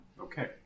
Okay